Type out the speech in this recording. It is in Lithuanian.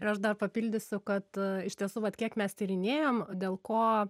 ir aš dar papildysiu kad iš tiesų vat kiek mes tyrinėjam dėl ko